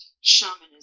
shamanism